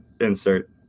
insert